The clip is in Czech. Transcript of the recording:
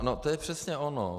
No to je přesně ono.